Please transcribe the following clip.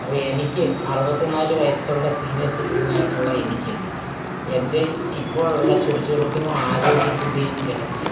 അപ്പോൾ എനിക്ക് അറുപത്തിനാല് വയസ്സുള്ള സീനിയർ സിറ്റിസണായിട്ടുള്ള എനിക്ക് എൻ്റെ ഇപ്പോഴുള്ള ചുറുചുറുക്കിനും ആരോഗ്യത്തിൻ്റേയും രഹസ്യം